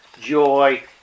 joy